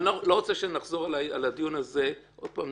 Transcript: --- אני לא רוצה שנחזור על הדיון הזה עוד פעם.